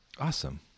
Awesome